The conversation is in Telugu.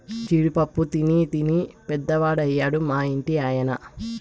జీడి పప్పు తినీ తినీ పెద్దవాడయ్యాడు మా ఇంటి ఆయన